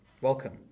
welcome